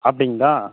அப்படிங்ளா